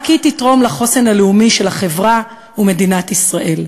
רק היא תתרום לחוסן הלאומי של החברה ומדינת ישראל.